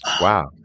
Wow